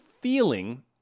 feeling